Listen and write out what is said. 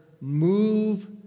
move